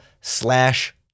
slash